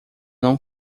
não